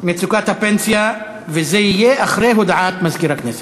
מצוקת הפנסיה, וזה יהיה אחרי הודעת מזכיר הכנסת.